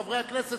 חברי הכנסת,